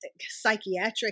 psychiatric